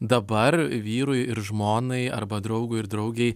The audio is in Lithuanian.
dabar vyrui ir žmonai arba draugui ir draugei